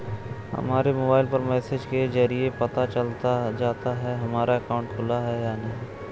हमारे मोबाइल पर मैसेज के जरिये पता चल जाता है हमारा अकाउंट खुला है या नहीं